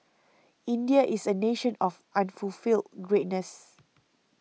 India is a nation of unfulfilled greatness